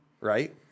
right